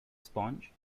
sponge